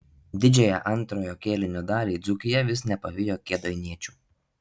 didžiąją antrojo kėlinio dalį dzūkija vis nepavijo kėdainiečių